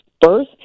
birth